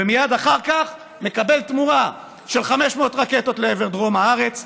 ומייד אחר כך הוא מקבל תמורה של 500 רקטות לעבר דרום הארץ,